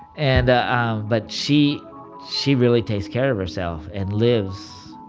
and but she she really takes care of herself and lives.